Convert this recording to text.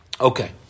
Okay